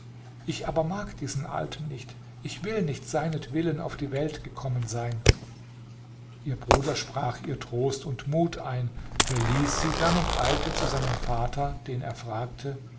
ich aber mag diesen alten nicht ich will nicht seinetwillen auf die welt gekommen sein ihr bruder sprach ihr trost und mut ein verließ sie dann und eilte zu seinem vater den er fragte